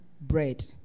bread